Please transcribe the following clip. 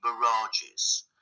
barrages